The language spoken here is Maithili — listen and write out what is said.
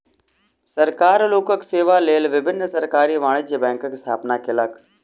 सरकार लोकक सेवा लेल विभिन्न सरकारी वाणिज्य बैंकक स्थापना केलक